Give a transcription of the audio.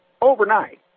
overnight